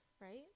right